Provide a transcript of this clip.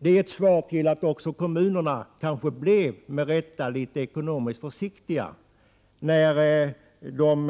Det är en förklaring till att kommunerna, kanske med rätta, var ekonomiskt litet försiktiga när de